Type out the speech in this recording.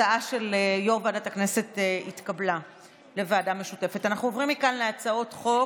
הצעת ועדת הכנסת להעביר את הצעת חוק